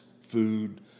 food